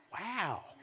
wow